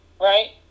right